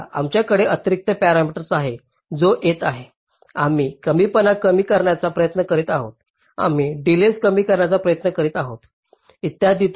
आता आमच्याकडे अतिरिक्त पॅरामीटर आहे जो येत आहे आम्ही कमीपणा कमी करण्याचा प्रयत्न करीत आहोत आम्ही डिलेज कमी करण्याचा प्रयत्न करीत आहे इत्यादी